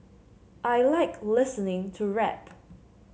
I like listening to rap